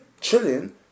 chilling